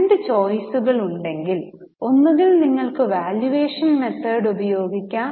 രണ്ട് ചോയ്സുകൾ ഉണ്ടെങ്കിൽ ഒന്നുകിൽ നിങ്ങൾക്ക് വാല്യൂവേഷൻ മെത്തേഡ് ഉപയോഗിക്കാം